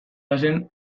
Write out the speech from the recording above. bazen